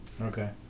Okay